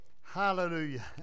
Hallelujah